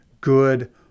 good